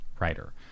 writer